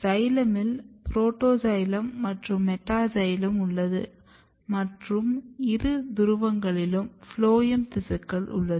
சைலமில் protoxylem மற்றும் metaxylem உள்ளது மற்றும் இரு துருவங்களிலும் ஃபுளோயம் திசுக்கள் உள்ளது